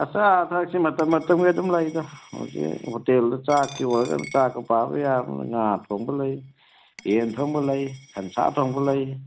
ꯑꯆꯥ ꯑꯊꯛꯁꯦ ꯃꯇꯝ ꯃꯇꯝꯒꯤ ꯑꯗꯨꯝ ꯂꯩꯗ ꯍꯧꯖꯤꯛ ꯍꯣꯇꯦꯜꯗ ꯆꯥꯛꯀꯤ ꯑꯣꯏꯔꯣ ꯆꯥꯛꯀ ꯄꯥꯕ ꯌꯥꯕ ꯉꯥ ꯊꯣꯡꯕ ꯂꯩ ꯌꯦꯟ ꯊꯣꯡꯕ ꯂꯩ ꯁꯟꯁꯥ ꯊꯣꯡꯕ ꯂꯩ